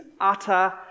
utter